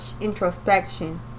introspection